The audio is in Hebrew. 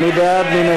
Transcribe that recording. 41 לסעיף 2, מי בעד?